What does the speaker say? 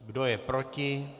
Kdo je proti?